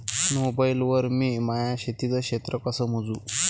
Mobile वर मी माया शेतीचं क्षेत्र कस मोजू?